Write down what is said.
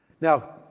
Now